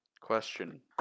Question